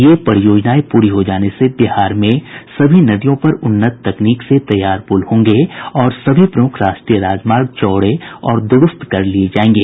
ये परियोजनाएं पूरी हो जाने से बिहार में सभी नदियों पर उन्नत तकनीक से तैयार पुल होंगे और सभी प्रमुख राष्ट्रीय राजमार्ग चौड़े और दुरूस्त कर लिए जायेंगे